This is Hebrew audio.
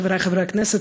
חברי חברי הכנסת,